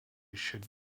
should